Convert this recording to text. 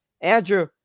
andrew